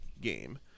game